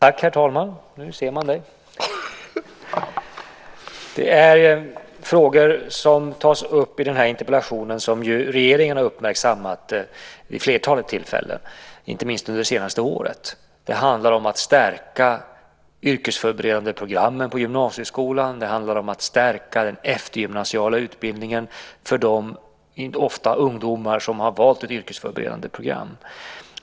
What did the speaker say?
Herr talman! De frågor som tas upp i interpellationen har uppmärksammats av regeringen vid ett flertal tillfällen inte minst under det senaste året. Det handlar om att stärka de yrkesförberedande programmen på gymnasieskolan och att stärka den eftergymnasiala utbildningen för dem, ofta ungdomar, som har valt ett yrkesförberedande program.